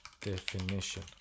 definition